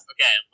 Okay